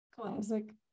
Classic